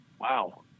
Wow